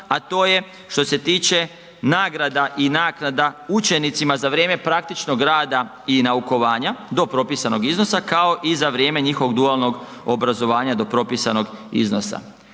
a to je što se tiče nagrada i naknada učenicima za vrijeme praktičnog rada i naukovanja do propisanog iznosa, kao i za vrijeme njihovog dualnog obrazovanja do propisanog iznosa.